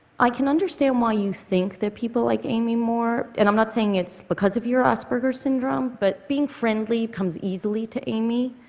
i can understand why you think that people like amy more, and i'm not saying it's because of your asperger's syndrome, but being friendly comes easily to amy,